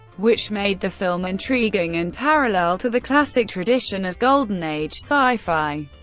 which made the film intriguing and parallel to the classic tradition of golden age sci-fi.